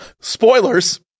spoilers